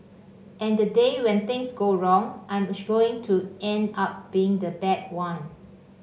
and the day when things go wrong I'm going to end up being the bad one